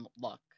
luck